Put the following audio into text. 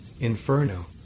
Inferno